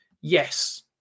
yes